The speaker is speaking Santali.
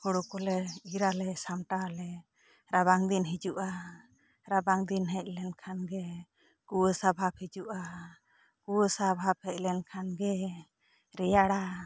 ᱦᱩᱲᱩ ᱠᱚᱞᱮ ᱤᱨᱟᱞᱮ ᱥᱟᱢᱴᱟᱣ ᱟᱞᱮ ᱨᱟᱵᱟᱝ ᱫᱤᱱ ᱦᱤᱡᱩᱜ ᱟ ᱨᱟᱵᱟᱝ ᱫᱤᱱ ᱦᱮᱡ ᱞᱮᱱ ᱠᱷᱟᱱ ᱜᱮ ᱠᱩᱣᱟᱥᱟ ᱵᱷᱟᱵ ᱦᱤᱡᱩᱜ ᱟ ᱠᱩᱣᱟᱥᱟ ᱵᱷᱟᱵ ᱦᱮᱡ ᱞᱮᱱ ᱠᱷᱟᱱ ᱜᱮ ᱨᱮᱭᱟᱲᱟ